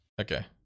Okay